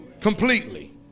Completely